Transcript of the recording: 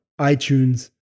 iTunes